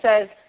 says